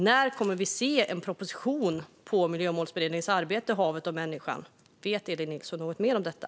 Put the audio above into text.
När kommer det en proposition baserad på Miljömålsberedningens arbete Havet och människan ? Vet Elin Nilsson något mer om detta?